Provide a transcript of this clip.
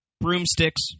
Broomsticks